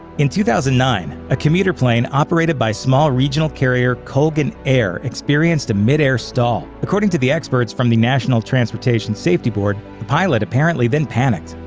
in two thousand and nine, a commuter plane operated by small regional carrier colgan air experienced a mid-air stall according to the experts from the national transportation safety board, the pilot apparently then panicked,